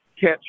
catch